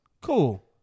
cool